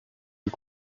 die